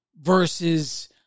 versus